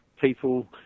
people